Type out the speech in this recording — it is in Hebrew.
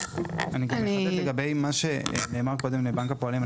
אני גם אחדד לגבי מה שנאמר מקודם על ידי בנק הפועלים.